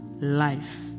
Life